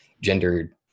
Gender